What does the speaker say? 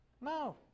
No